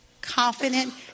confident